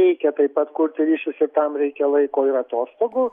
reikia taip atkurti ryšius ir tam reikia laiko ir atostogų